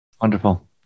Wonderful